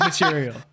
material